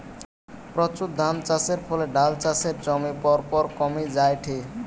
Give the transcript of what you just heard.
প্রচুর ধানচাষের ফলে ডাল চাষের জমি পরপর কমি জায়ঠে